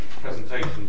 presentation